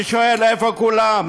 אני שואל, איפה כולם?